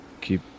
Keep